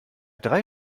drei